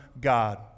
God